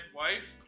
wife